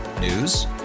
News